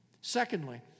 Secondly